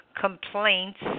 complaints